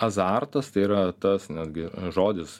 azartas tai yra tas netgi žodis